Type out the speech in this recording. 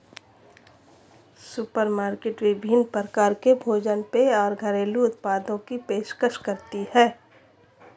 supermarket विभिन्न प्रकार के भोजन पेय और घरेलू उत्पादों की पेशकश करती है